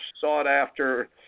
sought-after